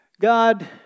God